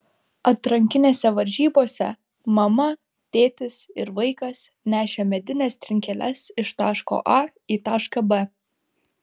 atrankinėse varžybose mama tėtis ir vaikas nešė medines trinkeles iš taško a į tašką b